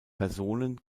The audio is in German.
personen